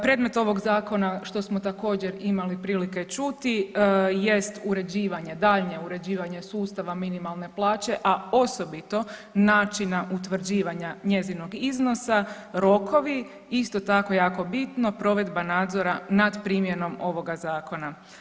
Predmet ovog zakona što smo također imali prilike čuti jest uređivanje, daljnje uređivanje sustava minimalne plaće, a osobito načina utvrđivanja njezinog iznosa, rokovi isto tako jako bitno provedba nadzora nad primjenom ovoga zakona.